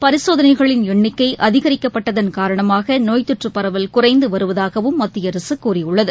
பரிசோதனைகளின் எண்ணிச்கைஅதிகரிக்கப்பட்டதன் காரணமாக நோய் தொற்றுபரவல் குறைந்துவருவதாகவும் மத்திய அரசுகூறியுள்ளது